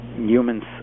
humans